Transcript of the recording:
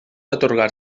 atorgar